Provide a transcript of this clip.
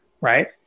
right